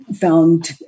found